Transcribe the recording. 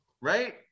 Right